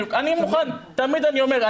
תמיד אני אומר,